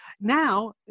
now